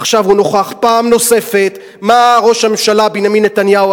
עכשיו הוא נוכח פעם נוספת מה ראש הממשלה בנימין נתניהו,